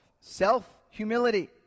Self-humility